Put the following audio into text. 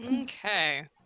Okay